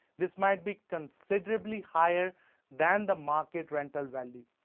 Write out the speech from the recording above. this might be considerably higher than the market rental value.